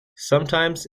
sometimes